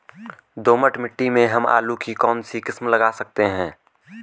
दोमट मिट्टी में हम आलू की कौन सी किस्म लगा सकते हैं?